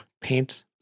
paint